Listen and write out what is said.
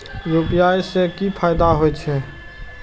UPI से की फायदा हो छे?